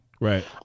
Right